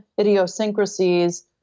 idiosyncrasies